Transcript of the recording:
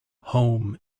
home